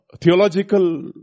theological